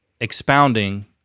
expounding